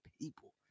people